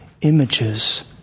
images